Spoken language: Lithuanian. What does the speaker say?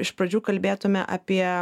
iš pradžių kalbėtume apie